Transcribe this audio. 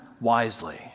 wisely